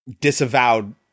disavowed